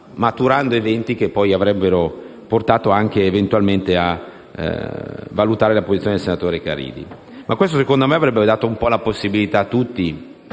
maturando eventi che avrebbero portato, eventualmente, a valutare la posizione del senatore Caridi. Questo, secondo me, avrebbe dato la possibilità a tutti,